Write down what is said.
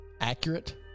accurate